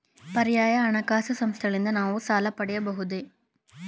ಪರ್ಯಾಯ ಹಣಕಾಸು ಸಂಸ್ಥೆಗಳಿಂದ ನಾವು ಸಾಲ ಪಡೆಯಬಹುದೇ?